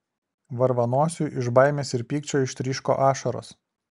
varvanosiui iš baimės ir pykčio ištryško ašaros